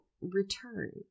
return